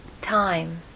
time